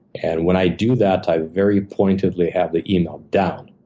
and when i do that, i very pointedly have the email down,